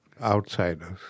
outsiders